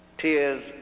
Tears